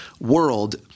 world